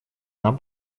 нам